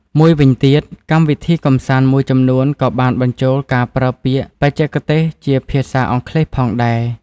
មួយវិញទៀត កម្មវិធីកម្សាន្តមួយចំនួនក៏បានបញ្ចូលការប្រើពាក្យបច្ចេកទេសជាភាសាអង់គ្លេសផងដែរ។